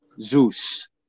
Zeus